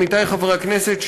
עמיתי חברי הכנסת,